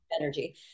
energy